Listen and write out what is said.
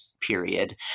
period